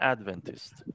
Adventist